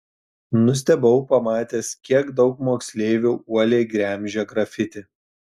nustebau pamatęs kiek daug moksleivių uoliai gremžia grafiti